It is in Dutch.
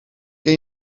ken